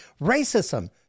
racism